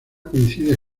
coincide